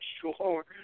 sure